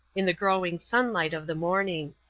in the growing sunlight of the morning.